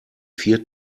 vier